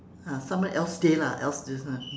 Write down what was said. ah someone else day lah else this one